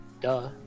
Duh